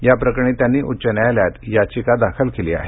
या प्रकरणी त्यांनी उच्च न्यायालयात याचिका दाखल केली आहे